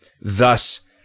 thus